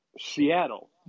Seattle